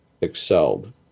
excelled